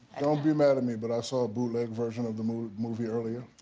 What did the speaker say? don't be mad at me, but i saw a bootleg version of the movery movery earlier.